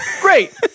Great